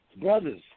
brothers